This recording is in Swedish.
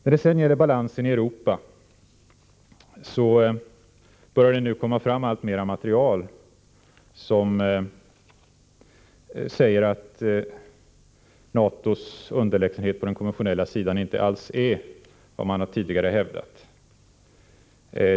När det sedan gäller balansen i Europa börjar det nu komma fram alltmer material som säger att NATO:s underlägsenhet på den konventionella sidan inte alls är vad man tidigare hävdat.